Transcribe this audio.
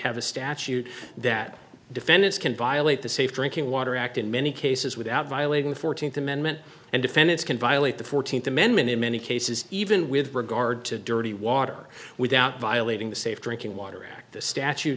have a statute that defendants can violate the safe drinking water act in many cases without violating the fourteenth amendment and defendants can violate the fourteenth amendment in many cases even with regard to dirty water without violating the safe drinking water act the statute